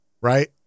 right